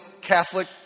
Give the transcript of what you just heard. Catholic